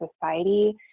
society